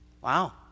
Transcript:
Wow